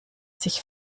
sich